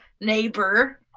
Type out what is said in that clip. neighbor